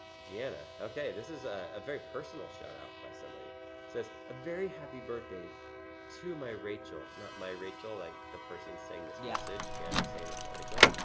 jana, okay, this is ah a very personal shout-out by somebody. it says, a very happy birthday to my rachel. not my rachel, like the person saying this yeah message, jana saying this about rachel.